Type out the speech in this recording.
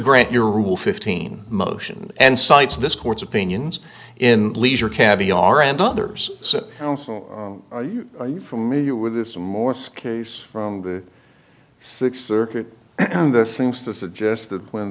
grant your rule fifteen motion and cites this court's opinions in leisure caviar and others so are you familiar with this morse case from the sixth circuit and this seems to suggest that when